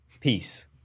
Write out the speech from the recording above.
peace